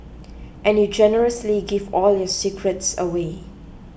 and you generously give all your secrets away